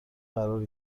قرار